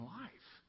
life